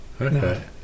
Okay